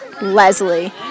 Leslie